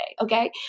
Okay